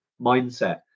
mindset